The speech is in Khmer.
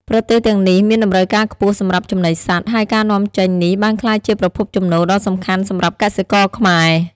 ប្រទេសទាំងនេះមានតម្រូវការខ្ពស់សម្រាប់ចំណីសត្វ ហើយការនាំចេញនេះបានក្លាយជាប្រភពចំណូលដ៏សំខាន់សម្រាប់កសិករខ្មែរ។